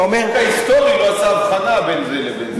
אתה אומר, ההיסטורי לא עשה הבחנה בין זה לזה.